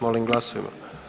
Molim glasujmo.